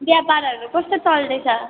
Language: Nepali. व्यापारहरू कस्तो चल्दैछ